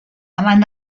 amant